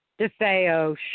DeFeo